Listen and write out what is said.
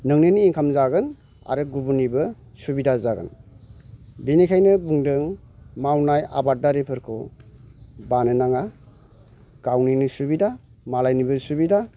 नोंनिनो income जागोन आरो गुबुननिबो सुबिदा जागोन बिनिखायनो बुंदों मावनाय आबादारिफोरखौ बानो नाङा गावनिनो सुबिदा मालायनिबो सुबिदा